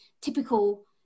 typical